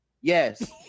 Yes